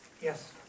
Yes